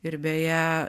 ir beje